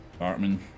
Bartman